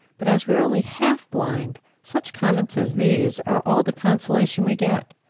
but as we are only half-blind, such comments as these are all the consolation we get.